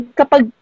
kapag